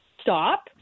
stop